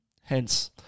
hence